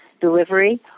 delivery